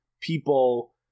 people